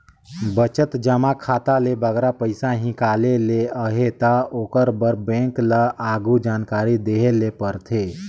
बचत जमा खाता ले बगरा पइसा हिंकाले ले अहे ता ओकर बर बेंक ल आघु जानकारी देहे ले परथे